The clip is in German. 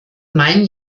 mein